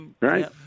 Right